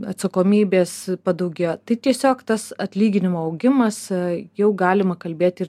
atsakomybės padaugėjo tai tiesiog tas atlyginimo augimas jau galima kalbėti